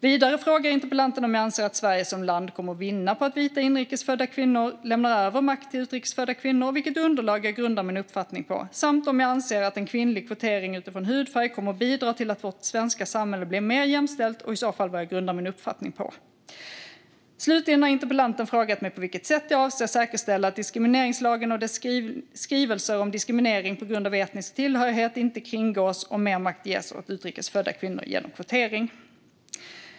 Vidare frågar interpellanten om jag anser att Sverige som land kommer att vinna på att vita, inrikes födda kvinnor lämnar över makt till utrikes födda kvinnor och vilket underlag jag grundar min uppfattning på, samt om jag anser att en kvinnlig kvotering utifrån hudfärg kommer att bidra till att vårt svenska samhälle blir mer jämställt och i så fall vad jag grundar min uppfattning på. Slutligen har interpellanten frågat mig på vilket sätt jag avser att säkerställa att diskrimineringslagen och dess skrivelser om diskriminering på grund av etnisk tillhörighet inte kringgås om mer makt ges åt utrikes födda kvinnor genom kvotering.